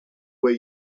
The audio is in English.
way